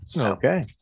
Okay